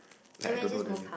that I don't know their name